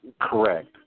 correct